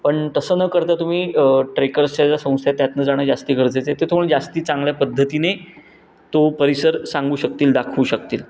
पण तसं न करता तुम्ही ट्रेकर्सच्या ज्या संस्था आहेत त्यातनं जाणं जास्ती गरजेचं आहे ते थोडं जास्ती चांगल्या पद्धतीने तो परिसर सांगू शकतील दाखवू शकतील